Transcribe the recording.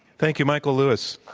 thank you, michael lewis.